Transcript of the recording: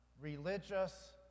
religious